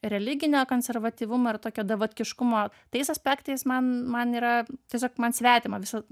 religinio konservatyvumo ir tokio davatkiškumo tais aspektais man man yra tiesiog man svetima visa